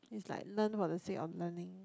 it's like learn for the sake of learning